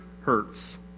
hurts